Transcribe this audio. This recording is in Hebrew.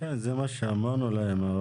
זה מה שאמרנו להם.